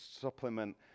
supplement